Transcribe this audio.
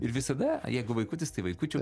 ir visada jeigu vaikutis tai vaikučio